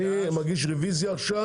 אני מגיש רוויזיה עכשיו.